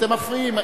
אתם מפריעים.